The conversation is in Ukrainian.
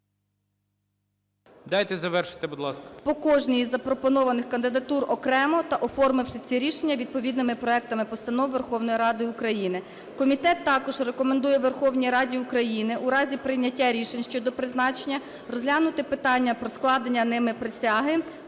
Дайте завершити, будь ласка.